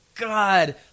God